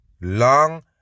long